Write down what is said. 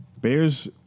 Bears